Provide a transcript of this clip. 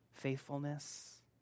faithfulness